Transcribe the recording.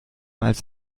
als